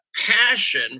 passion